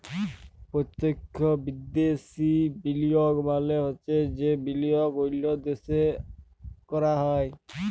পত্যক্ষ বিদ্যাশি বিলিয়গ মালে হছে যে বিলিয়গ অল্য দ্যাশে ক্যরা হ্যয়